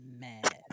mad